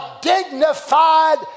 dignified